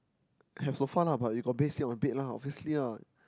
have sofa lah but if got bed sleep on bed lah obviously lah